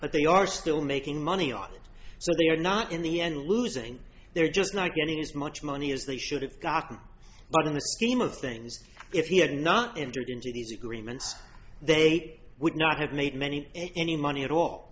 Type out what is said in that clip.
but they are still making money on it so they are not in the end losing they're just not getting as much money as they should have gotten but in a scheme of things if he had not entered into these agreements they would not have made many any money at all